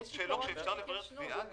זכות שלו כשאפשר לברר תביעה.